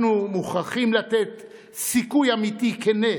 אנחנו מוכרחים לתת סיכוי אמיתי, כן,